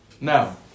Now